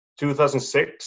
2006